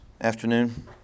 afternoon